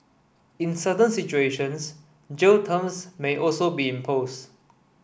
in certain situations jail terms may also be imposed